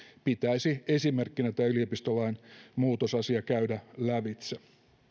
pitäisi esimerkkinä tämä yliopistolain muutosasia käydä lävitse